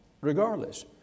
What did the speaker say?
regardless